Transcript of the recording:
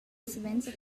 savens